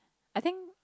I think